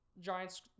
Giants